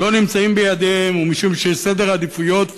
לא נמצאים בידיהם, ומשום שסדר העדיפויות